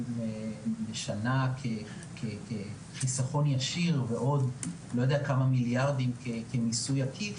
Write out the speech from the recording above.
לשנה כחיסכון ישיר ועוד כמה מיליארדים כמיסוי עקיף,